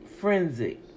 frenzy